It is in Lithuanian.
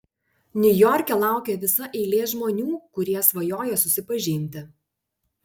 niujorke laukia visa eilė žmonių kurie svajoja susipažinti